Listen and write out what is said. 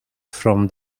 from